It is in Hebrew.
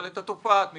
אבל את התופעה את מכירה.